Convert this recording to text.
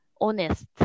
honest